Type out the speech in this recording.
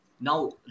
Now